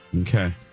Okay